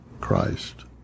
Christ